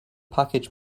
package